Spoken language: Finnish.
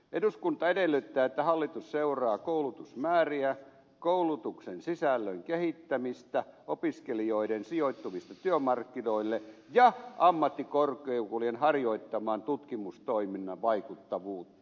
eduskunta edellyttää että hallitus seuraa koulutusmääriä koulutuksen sisällön kehittämistä opiskelijoiden sijoittumista työmarkkinoille ja ammattikorkeakoulujen harjoittaman tutkimustoiminnan vaikuttavuutta